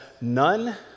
none